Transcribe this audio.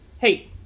Hey